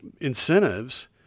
incentives